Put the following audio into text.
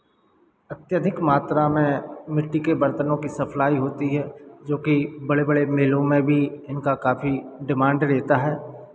अत्यधिक मात्रा में मिट्टी के बर्तनों की सप्लाई होती है जोकि बड़े बड़े मेलों में भी इनका काफी डिमांड रहता है